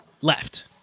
Left